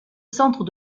centre